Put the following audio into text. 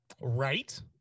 Right